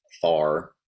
far